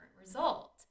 result